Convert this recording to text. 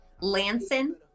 Lanson